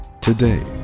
Today